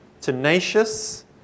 tenacious